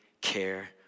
care